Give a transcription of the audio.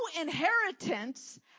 inheritance